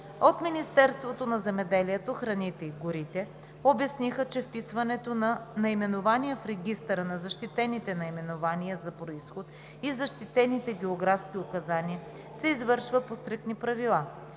От Министерството на земеделието, храните и горите обясниха, че вписването на наименования в Регистъра на защитените наименования за произход и защитените географски указания се извършва по стриктни правила.